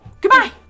Goodbye